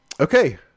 Okay